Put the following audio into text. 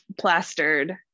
plastered